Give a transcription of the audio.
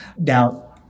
Now